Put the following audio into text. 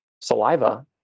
saliva